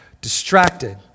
Distracted